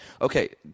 Okay